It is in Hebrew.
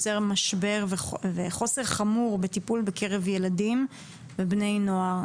בטיפול יוצר משבר בקרב ילדים ובני נוער.